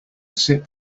sip